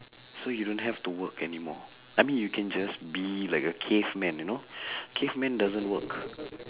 so you don't have to work anymore I mean you can just be like a caveman you know caveman doesn't work